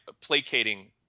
placating